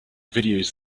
videos